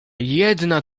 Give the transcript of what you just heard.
jedna